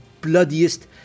bloodiest